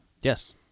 Yes